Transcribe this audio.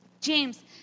James